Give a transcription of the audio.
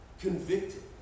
convicted